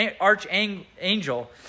archangel